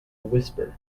whisper